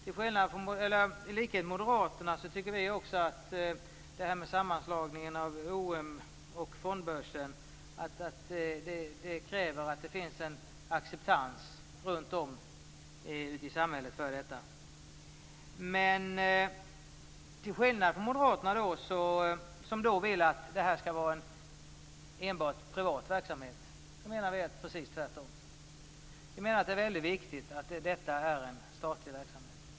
I likhet med moderaterna tycker vi att sammanslagningen av OM och Fondbörsen kräver att det finns en acceptans i samhället för detta. Men till skillnad från moderaterna, som vill att detta enbart skall vara en privat verksamhet, menar vi precis tvärtom. Vi menar att det är mycket viktigt att detta är en statlig verksamhet.